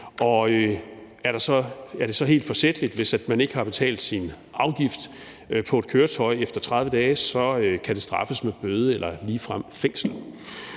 Er det så helt forsætligt, at man ikke har betalt sin afgift på et køretøj efter 30 dage, kan det straffes med bøde eller ligefrem fængsel.